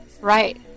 Right